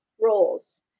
roles